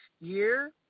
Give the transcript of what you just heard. year